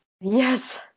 Yes